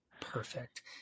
perfect